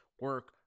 Work